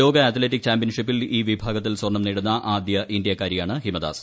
ലോക അത്ലറ്റിക് ചാമ്പ്യൻഷിപ്പിൽ ഈ വിഭാഗത്തിൽ സ്വർണം നേടുന്ന ആദ്ച ഇന്ത്യക്കാരിയാണ് ഹിമദാസ്